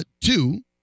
Two